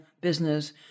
business